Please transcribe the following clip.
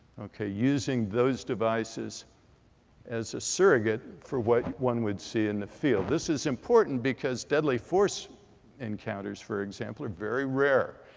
using those devices as a surrogate for what one would see in the field. this is important because deadly force encounters, for example, are very rare.